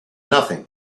nothing